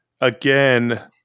again